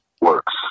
works